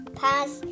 pass